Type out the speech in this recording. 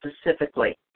specifically